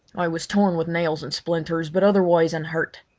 i was torn with nails and splinters, but otherwise unhurt.